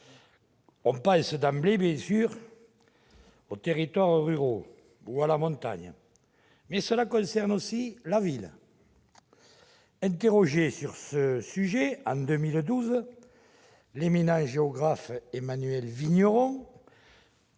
On pense d'emblée, bien sûr, aux territoires ruraux ou aux territoires de montagne. Mais ce texte concerne aussi la ville. Interrogé sur le sujet en 2012, l'éminent géographe Emmanuel Vigneron